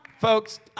Folks